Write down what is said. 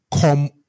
come